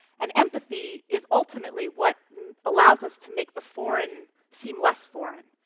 and empathy is ultimately what allows us to make the foreign seem less foreign.